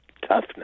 toughness